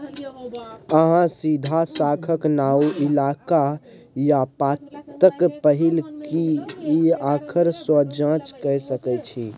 अहाँ सीधा शाखाक नाओ, इलाका या पताक पहिल किछ आखर सँ जाँच कए सकै छी